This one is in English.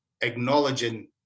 acknowledging